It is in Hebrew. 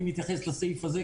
אני מתייחס לסעיף הזה,